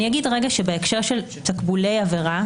בהקשר של תקבולי עבירה,